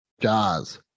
Jaws